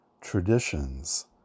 traditions